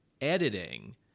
editing